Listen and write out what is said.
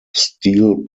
steel